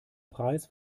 preis